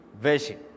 version